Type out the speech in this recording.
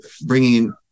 bringing